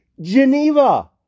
Geneva